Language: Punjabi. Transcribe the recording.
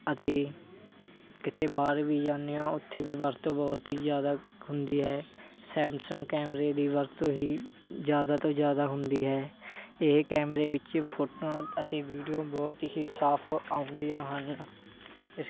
ਅਸੀਂ ਕਿਤੇ ਬਾਹਰ ਵੀ ਜਾਂਦੇ ਹਾਂ ਓਥੇ ਵੀ ਵਰਤੋਂ ਬਹੁਤ ਹੀ ਜ਼ਿਆਦਾ ਹੁੰਦੀ ਹੈ ਸੈਮਸੰਗ ਕੈਮਰੇ ਦੀ ਵਰਤੋਂ ਹੀ ਜ਼ਿਆਦਾ ਤੋਂ ਜ਼ਿਆਦਾ ਹੁੰਦੀ ਹੈ ਇਹ ਕੈਮਰੇ ਵਿੱਚ ਫੋਟੋਆਂ ਅਤੇ ਵੀਡੀਓ ਬਹੁਤ ਹੀ ਸਾਫ਼ ਆਉਂਦੀਆਂ ਹਨ ਇਸ